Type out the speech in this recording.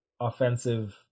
offensive